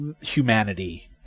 humanity